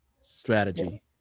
strategy